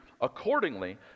accordingly